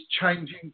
changing